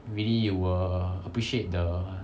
really you will appreciate the